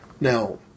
Now